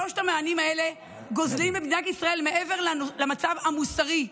מעבר למצב המוסרי,